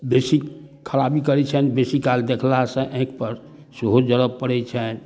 बेसी खराबी करै छनि बेसी काल देखलासँ आँखिपर सेहो जरद पड़ै छनि